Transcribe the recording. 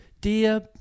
dear